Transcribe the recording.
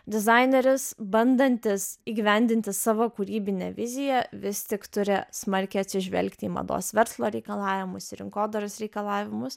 dizaineris bandantis įgyvendinti savo kūrybinę viziją vis tik turi smarkiai atsižvelgti į mados verslo reikalavimus į rinkodaros reikalavimus